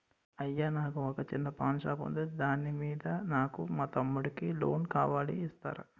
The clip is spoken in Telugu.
అయ్యా నాకు వొక చిన్న పాన్ షాప్ ఉంది దాని మీద నాకు మా తమ్ముడి కి లోన్ కావాలి ఇస్తారా?